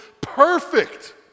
perfect